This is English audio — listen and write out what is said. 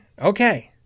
Okay